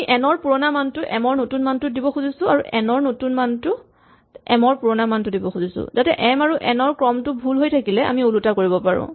আমি এন ৰ পুৰণা মানটো এম ৰ নতুন মানটোত দিব খুজিছো আৰু এন ৰ নতুন মানটোত এম ৰ পুৰণা মানটো দিব খুজিছো যাতে এম আৰু এন ৰ ক্ৰমটো ভুল হৈ থাকিলে আমি ওলোটা কৰিব পাৰো